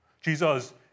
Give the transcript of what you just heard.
Jesus